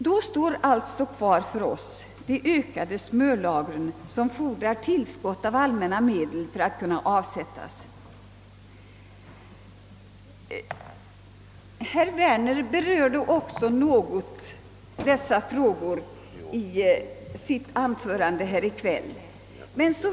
Därför kvarstår frågan om de ökade smörlagren, vilka för att kunna avsättas fordrar tillskott av allmänna medel. ' Herr Werner berörde i sitt anförande tidigare i kväll något dessa frågor.